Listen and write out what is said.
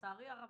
לצערי הרב,